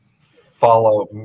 follow